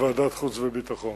בוועדת חוץ וביטחון.